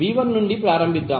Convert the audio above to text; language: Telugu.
V1 నుండి ప్రారంభిద్దాం